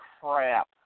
crap